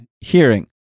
hearing